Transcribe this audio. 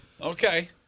Okay